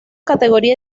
categoría